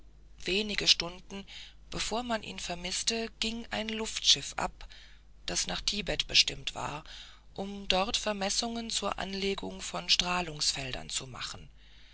wenige stunden bevor man ihn vermißte ging ein luftschiff ab das nach tibet bestimmt war um dort vermessungen zur anlegung von strahlungsfeldern zu machen